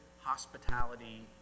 hospitality